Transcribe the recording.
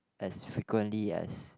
as frequently as